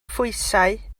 phwysau